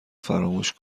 فراموش